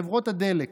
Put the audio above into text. חברות הדלק.